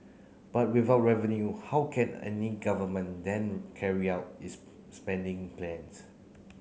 but without revenue how can any government then carry out its spending plans